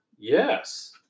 Yes